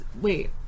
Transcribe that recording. Wait